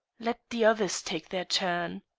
let the others take their turn.